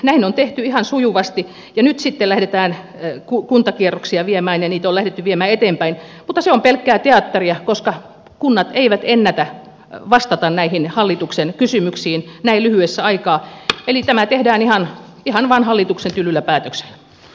näin on tehty ihan sujuvasti ja nyt sitten lähdetään kuntakierroksia viemään ja niitä on lähdetty viemään eteenpäin mutta se on pelkkää teatteria koska kunnat eivät ennätä vastata näihin hallituksen kysymyksiin näin lyhyessä aikaa eli tämä tehdään ihan vaan hallituksen tylyllä päätöksellä